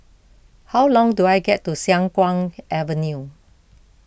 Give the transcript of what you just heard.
how long do I get to Siang Kuang Avenue